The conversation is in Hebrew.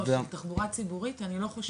לא, של תחבורה ציבורית אני לא חושב